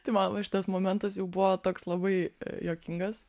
tai va va šitas momentas jau buvo toks labai juokingas